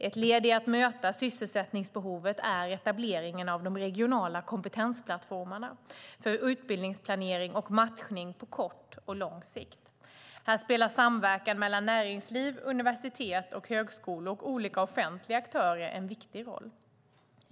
Ett led i att möta sysselsättningsbehovet är etableringen av de regionala kompetensplattformarna för utbildningsplanering och matchning på kort och lång sikt. Här spelar samverkan mellan näringsliv, universitet och högskolor och olika offentliga aktörer en viktig roll.